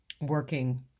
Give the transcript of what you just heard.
working